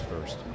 first